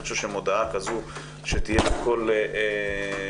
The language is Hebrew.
אני חושב שמודעה כזו שתהיה בכל מקום